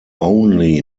only